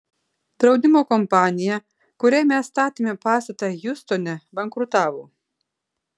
draudimo kompanija kuriai mes statėme pastatą hjustone bankrutavo